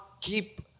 keep